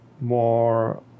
more